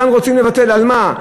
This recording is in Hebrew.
כאן רוצים לבטל, על מה?